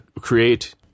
Create